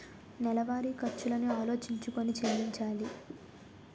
నెలవారి ఖర్చులను ఆలోచించుకొని చెల్లించాలి